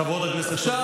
חברות הכנסת,